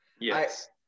Yes